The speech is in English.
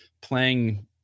playing